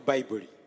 Bible